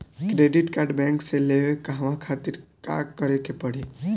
Credit card bank से लेवे कहवा खातिर का करे के पड़ी?